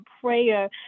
prayer